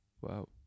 Wow